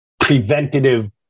preventative